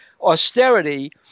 austerity